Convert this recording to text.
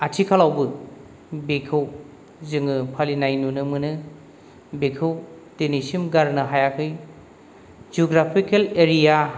आथिखालावबो बेखौ जोङो फालिनाय नुनो मोनो बेखौ दिनैसिम गारनो हायाखै जिअ'ग्राफिकेल एरिया